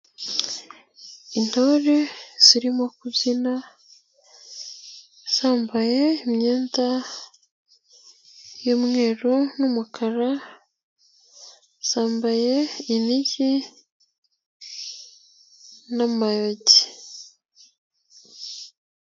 Intore zirimo kubyina zambaye imyenda y'umweru n'umukara, zambaye inigi n'amayugi.